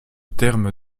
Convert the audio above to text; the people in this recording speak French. terme